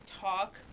talk